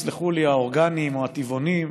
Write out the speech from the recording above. יסלחו לי האורגניים או הטבעונים,